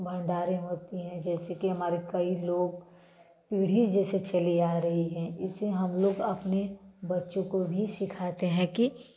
भंडारे में होती है जैसे कि हमारे कई लोग पीढ़ी जैसे चली आ रही है इसे हम लोग अपने बच्चों को भी सिखाते हैं कि